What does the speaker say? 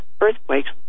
earthquakes